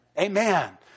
Amen